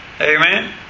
Amen